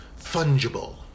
Fungible